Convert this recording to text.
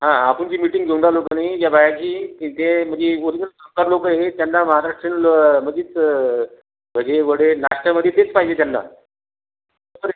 हां आपण जी मिटिंग घेऊन राहिलो का नाही ज्या बायांची ते ते म्हणजे ओरिजनल कामगार लोक ए त्यांना महाराष्ट्रीयन भजी अ भजी वडे नाश्त्यामध्ये तेच पाहिजे त्यांना